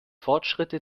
fortschritte